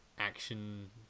Action